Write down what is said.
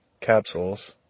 capsules